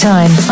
Time